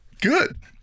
good